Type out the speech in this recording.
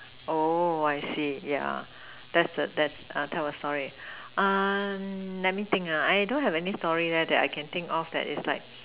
oh I see yeah that's the that tell a story uh let me think ah I don't have any story leh I can think of that is like